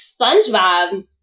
Spongebob